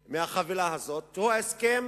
הקודמת, הממשלה